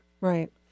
Right